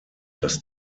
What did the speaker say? dass